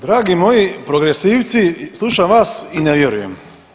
Dragi moji progresivci slušam vas i ne vjerujem.